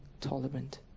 tolerant